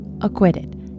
acquitted